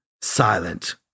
silent